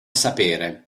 sapere